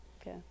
okay